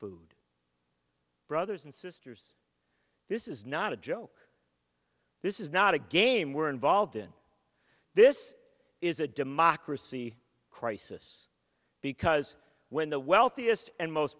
food brothers and sisters this is not a joke this is not a game we're involved in this is a democracy crisis because when the wealthiest and most